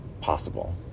possible